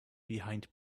behind